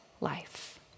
life